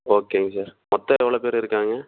ஓகேங்க சார் மொத்தம் எவ்வளோ பேர் இருக்காங்க